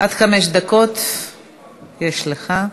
עד חמש דקות יש לך.